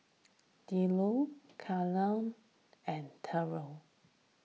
Hildur Kendell and Trever